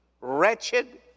wretched